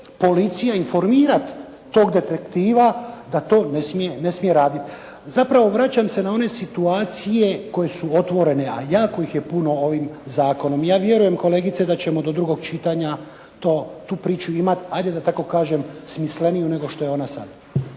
policija informirati tog detektiva da to ne smije raditi. Zapravo vraćam se na one situacije koje su otvorene, a jako ih je puno ovim zakonom. I ja vjerujem kolegice da ćemo do drugog čitanja tu priču imati, ajde da tako kažem smisleniju nego što je ona sada.